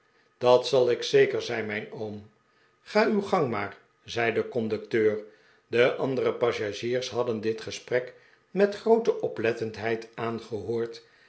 dat zal ik zeker zei mijn oom ga uw gang maar zei de conducteur de andere passagiers hadden dit gesprek met groote oplettendheid aangehoord